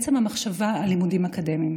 בעצם המחשבה על לימודים אקדמיים.